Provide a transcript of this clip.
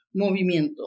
movimiento